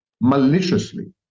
maliciously